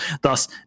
Thus